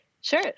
Sure